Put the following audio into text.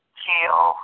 kill